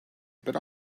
but